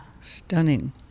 stunning